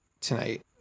tonight